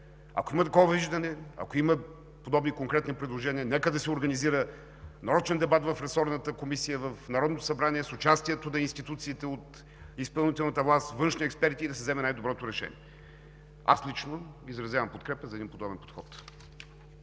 Ако има такова виждане, ако има подобни конкретни предложения, нека да се организира нарочен дебат в ресорната комисия в Народното събрание с участието на институциите от изпълнителната власт, външни експерти и да се вземе най-доброто решение. Аз лично изразявам подкрепа за един подобен подход.